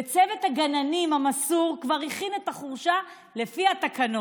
וצוות הגננים המסור כבר הכין את החורשה לפי התקנות.